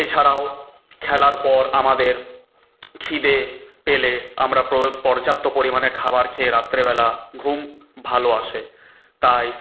এছাড়াও খেলার পর আমাদের খিদে পেলে আমরা পর্যাপ্ত পরিমাণে খাবার খেয়ে রাত্রিবেলা ঘুম ভালো আসে তাই